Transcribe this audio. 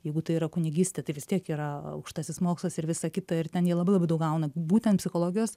jeigu tai yra kunigystė tai vis tiek yra aukštasis mokslas ir visa kita ir ten jie labai labai daug gauna būtent psichologijos